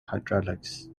hydraulics